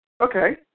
Okay